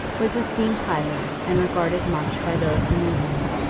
was esteemed highly and regarded much by those who knew him,